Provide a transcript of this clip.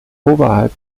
oberhalb